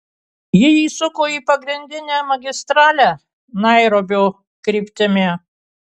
ji įsuko į pagrindinę magistralę nairobio kryptimi